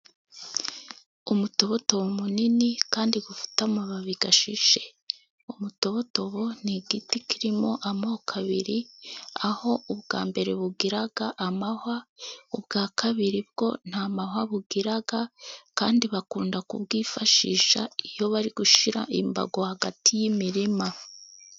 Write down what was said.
Umutobotobo munini kandi ufite amababi ashishe. Umutobotobo ni igiti kirimo amoko abiri, aho ubwa mbere bugira amahwa ubwa kabiri bwo nta mahwa bugira, kandi bakunda kubwifashisha iyo bari gushyira imbago hagati y'imirima.